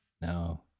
No